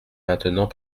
maintenant